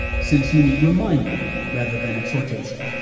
since you need reminding rather than exhortation.